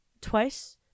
twice